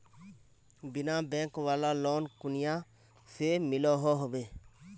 बिना बैंक वाला लोन कुनियाँ से मिलोहो होबे?